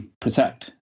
Protect